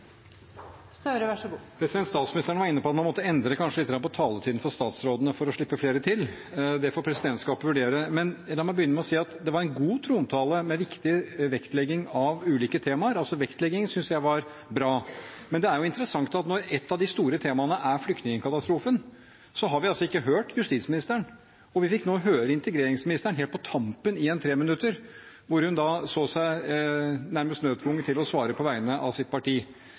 Statsministeren var inne på at man kanskje måtte endre litt på taletiden til statsrådene for å slippe flere til. Det får presidentskapet vurdere. La meg begynne med å si at det var en god trontale, med viktig vektlegging av ulike temaer. Vektleggingen syntes jeg var bra, men det er interessant at når ett av de store temaene er flyktningkatastrofen, har vi altså ikke hørt justisministeren. Vi fikk nå høre integreringsministeren helt på tampen, i en treminutter, hvor hun nærmest så seg nødtvunget til å svare på vegne av sitt parti.